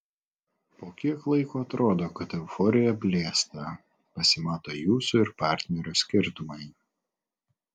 po kiek laiko atrodo kad euforija blėsta pasimato jūsų ir partnerio skirtumai